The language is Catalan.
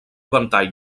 ventall